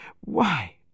Why